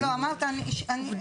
לא, אני שמעתי.